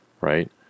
right